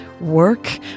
work